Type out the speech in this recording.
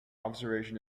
observation